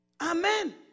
Amen